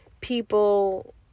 people